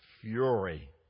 fury